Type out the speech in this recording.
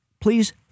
please